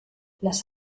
las